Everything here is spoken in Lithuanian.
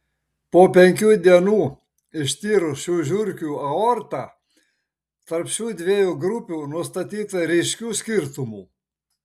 po penkių dienų ištyrus šių žiurkių aortą tarp šių dviejų grupių nustatyta ryškių skirtumų